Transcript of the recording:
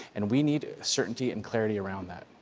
and we need certainty and clarity around that.